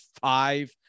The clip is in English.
five